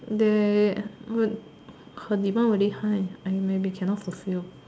they would her demand very high I maybe cannot full fill